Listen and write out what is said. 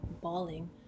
bawling